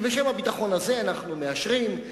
זאת מחלה שלא ניתנת לריפוי.